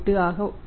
80 ஆக உள்ளது